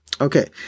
Okay